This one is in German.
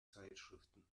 zeitschriften